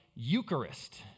Eucharist